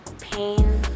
pain